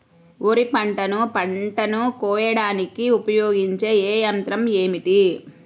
వరిపంటను పంటను కోయడానికి ఉపయోగించే ఏ యంత్రం ఏమిటి?